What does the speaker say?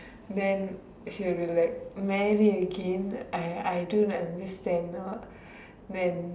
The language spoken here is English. then she'll be like marry again I don't understand then